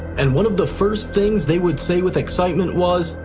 and one of the first things they would say with excitement was,